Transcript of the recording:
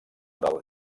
del